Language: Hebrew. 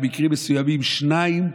במקרים מסוימים שניים,